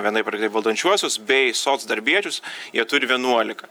vienaip ar kitaip valdančiuosius bei socdarbiečius jie turi vienuolika